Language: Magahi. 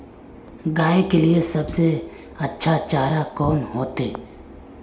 गाय के लिए सबसे अच्छा चारा कौन होते?